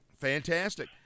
Fantastic